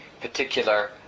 particular